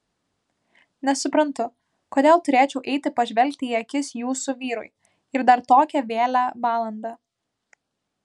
nesuprantu kodėl turėčiau eiti pažvelgti į akis jūsų vyrui ir dar tokią vėlią valandą